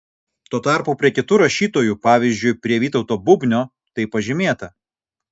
tuo tarpu prie kitų rašytojų pavyzdžiui prie vytauto bubnio tai pažymėta